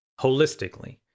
holistically